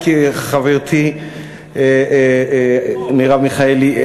חברתי מרב מיכאלי,